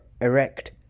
erect